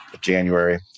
January